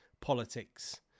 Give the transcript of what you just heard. politics